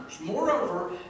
Moreover